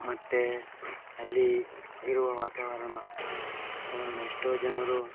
ಮತ್ತೆ ಅಲ್ಲಿ ಇರುವ ವಾತಾವರಣ ವಾತಾವರಣ ಎಷ್ಟೋ ಜನರು